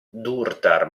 durtar